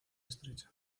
estrecha